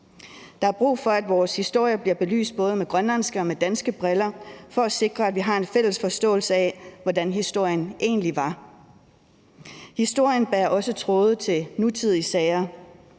Der er brug for, at vores historie bliver set på med både grønlandske og danske briller for at sikre, at vi har en fælles forståelse af, hvordan historien egentlig var. Historien trækker også tråde til nutidige sager.